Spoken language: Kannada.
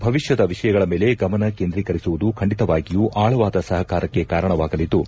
ಭವಿಷ್ಯದ ವಿಷಯಗಳ ಮೇಲೆ ಗಮನ ಕೇಂದ್ರಕರಿಸುವುದು ಖಂಡಿತಾವಾಗಿಯೂ ಅಳವಾದ ಸಹಕಾರಕ್ಕೆ ಕಾರಣವಾಗಲಿದ್ದು